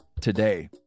today